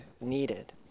needed